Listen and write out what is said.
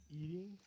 eating